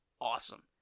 awesome